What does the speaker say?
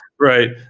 Right